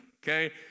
Okay